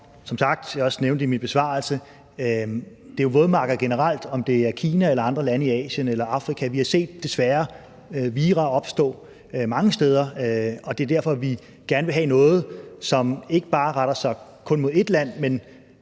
som sagt, som jeg også nævnte i min besvarelse, at det jo er vådmarkeder generelt, om det er i Kina eller andre lande i Asien eller Afrika. Vi har desværre set vira opstå mange steder, og det er derfor, vi gerne vil have noget, som ikke kun retter sig mod ét land, men